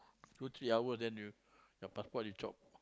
two three hours then you your passport they chop